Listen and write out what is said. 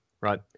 right